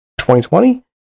2020